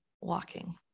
walking